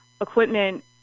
equipment